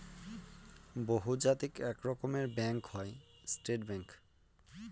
বহুজাতিক এক রকমের ব্যাঙ্ক হয় স্টেট ব্যাঙ্ক